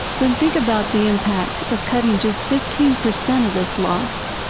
then think about the impact of cutting just fifteen percent of this loss.